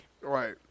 Right